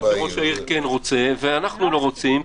יכול להיות שראש העיר כן ירצה אבל אנחנו לא רוצים,